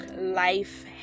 life